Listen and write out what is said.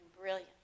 brilliant